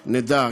כדי שנדע,